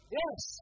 yes